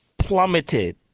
plummeted